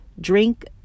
drink